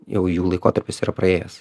jau jų laikotarpis yra praėjęs